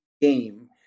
game